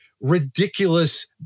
ridiculous